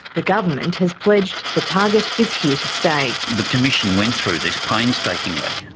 the government has pledged the target is here to stay. the commission went through this painstakingly.